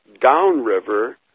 downriver